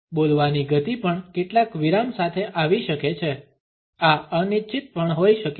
બોલવાની ગતિ પણ કેટલાક વિરામ સાથે આવી શકે છે આ અનિચ્છિત પણ હોઈ શકે છે